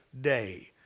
day